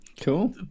Cool